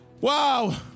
Wow